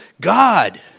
God